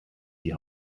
die